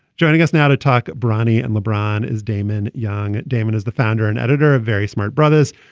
joining us now to talk, bronnie and lebron is damon young. damon is the founder and editor of very smart brothers,